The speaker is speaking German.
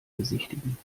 besichtigen